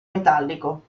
metallico